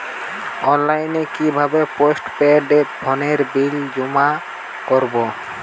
অনলাইনে কি ভাবে পোস্টপেড ফোনের বিল জমা করব?